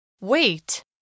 Wait